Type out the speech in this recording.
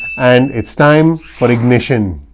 and it's time for ignition.